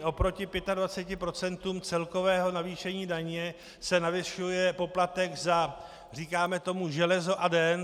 Oproti 25 % celkového navýšení daně se navyšuje poplatek za říkáme tomu železo a den.